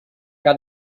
que